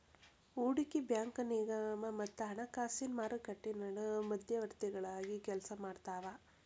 ಹೂಡಕಿ ಬ್ಯಾಂಕು ನಿಗಮ ಮತ್ತ ಹಣಕಾಸಿನ್ ಮಾರುಕಟ್ಟಿ ನಡು ಮಧ್ಯವರ್ತಿಗಳಾಗಿ ಕೆಲ್ಸಾಮಾಡ್ತಾವ